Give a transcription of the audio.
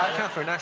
katherine, ah